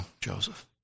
Joseph